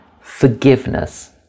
forgiveness